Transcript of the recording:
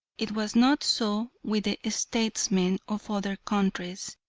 it was not so with the statesmen of other countries,